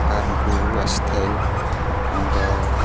ଫାର୍ମକୁ ଆସିଥାଏ ଆମର